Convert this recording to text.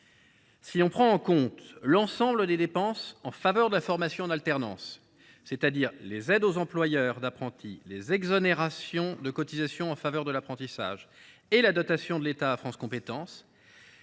Si l’on prend en compte l’ensemble des dépenses en faveur de la formation en alternance, c’est à dire les aides aux employeurs d’apprentis, les exonérations de cotisations en faveur de l’apprentissage et la dotation de l’État à France Compétences,